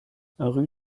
rue